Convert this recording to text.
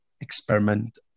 experiment